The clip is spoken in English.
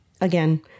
again